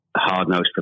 hard-nosed